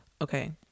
Okay